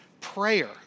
prayer